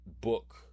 book